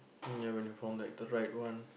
and then when you form like a right one